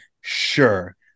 sure